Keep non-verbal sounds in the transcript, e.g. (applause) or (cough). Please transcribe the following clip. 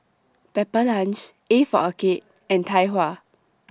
Pepper Lunch A For Arcade (noise) and Tai Hua (noise)